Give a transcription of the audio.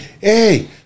hey